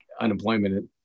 unemployment